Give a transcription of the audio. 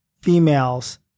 females